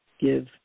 give